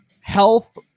health